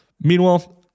meanwhile